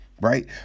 right